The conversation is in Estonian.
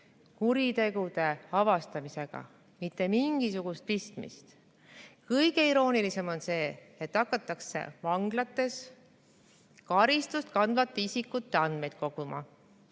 kuritegude avastamisega? Mitte mingisugust pistmist. Kõige iroonilisem on see, et hakatakse vanglas karistust kandvate isikute andmeid koguma.